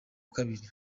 kabiri